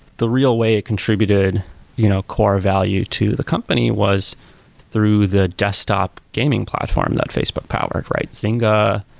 the real way it contributed you know core value to the company was through the desktop gaming platform that facebook powered, right? zynga,